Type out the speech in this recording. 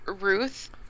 Ruth